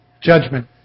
Judgment